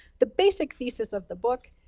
the basic thesis of the book,